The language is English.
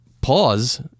pause